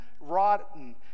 rotten